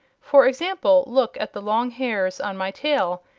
for example, look at the long hairs on my tail,